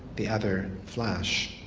the other flash.